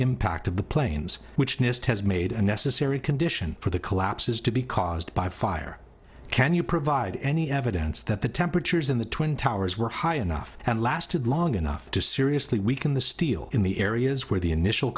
impact of the planes which nist has made a necessary condition for the collapses to be caused by fire can you provide any evidence that the temperatures in the twin towers were high enough and lasted long enough to seriously weaken the steel in the areas where the initial